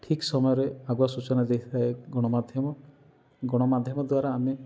ଠିକ୍ ସମୟରେ ଆଗୁଆ ସୂଚନା ଦେଇଥାଏ ଗଣମାଧ୍ୟମ ଗଣମାଧ୍ୟମ ଦ୍ୱାରା ଆମେ